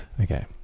Okay